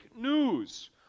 news